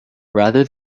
rather